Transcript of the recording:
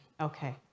Okay